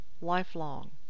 lifelong